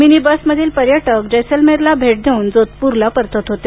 mini बसमधील पर्यटक जैसलमेरला भेट देऊन जोधपूरला परतत होते